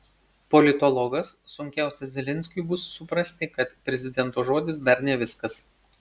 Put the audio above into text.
politologas sunkiausia zelenskiui bus suprasti kad prezidento žodis dar ne viskas